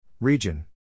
Region